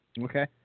Okay